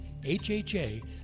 HHA